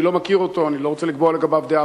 ואני לא מכיר אותו ואני לא רוצה לקבוע לגביו דעה,